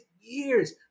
years